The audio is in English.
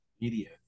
media